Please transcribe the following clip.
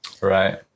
Right